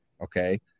Okay